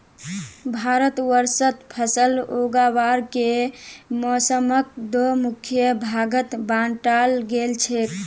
भारतवर्षत फसल उगावार के मौसमक दो मुख्य भागत बांटाल गेल छेक